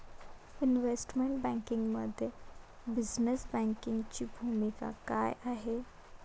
Investment बँकिंगमध्ये business बँकिंगची भूमिका काय आहे?